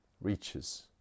Reaches